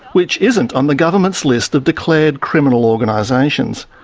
which isn't on the government's list of declared criminal organisations.